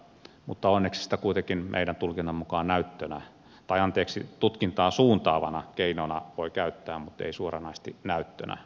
onneksi sitä kuitenkin meidän tulkintamme mukaan näyttönä tai anteeksi tutkintaan suuntaavana keinona voi käyttää mutta ei suoranaisesti näyttönä oikeudessa